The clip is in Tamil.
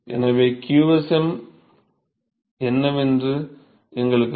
எனவே qsm என்னவென்று எங்களுக்குத் தெரியும்